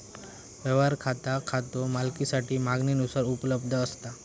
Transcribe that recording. व्यवहार खाता खातो मालकासाठी मागणीनुसार उपलब्ध असता